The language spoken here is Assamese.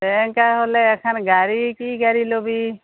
তে সেনকা হ'লে এখান গাড়ী কি গাড়ী ল'বি